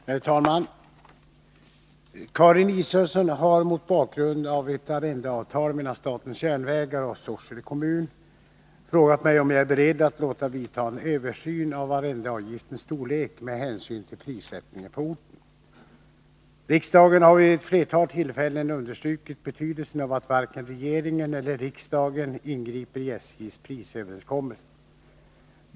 Herr talman! Karin Israelsson har mot bakgrund av ett arrendeavtal mellan statens järnvägar och Sorsele kommun frågat mig om jag är beredd att låta göra en översyn av arrendeavgiftens storlek med hänsyn till prissättningen på orten. Riksdagen har vid ett flertal tillfällen understrukit betydelsen av att varken regeringen eller riksdagen ingriper i SJ:s prisöverenskommelser.